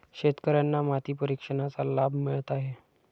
शेतकर्यांना माती परीक्षणाचा लाभ मिळत आहे